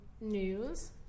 news